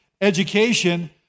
education